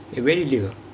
eh where do you live ah